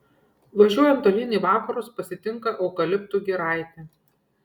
važiuojant tolyn į vakarus pasitinka eukaliptų giraitė